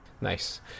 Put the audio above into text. Nice